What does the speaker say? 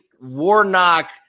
Warnock